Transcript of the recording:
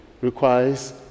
requires